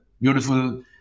beautiful